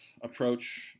approach